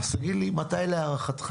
אז תגיד לי מתי להערכתך,